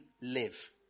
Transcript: live